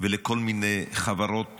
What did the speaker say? ולכל מיני חברות